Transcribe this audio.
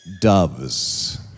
doves